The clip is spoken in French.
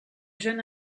jeune